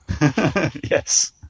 Yes